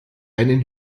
einen